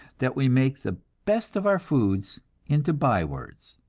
that we make the best of our foods into bywords.